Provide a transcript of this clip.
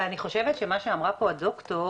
אבל אני חושבת שמה שאמרה פה ד"ר לוריא,